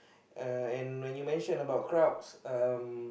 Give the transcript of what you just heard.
uh and when you mention about crowds uh